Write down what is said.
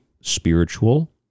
spiritual